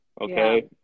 okay